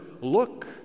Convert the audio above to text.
look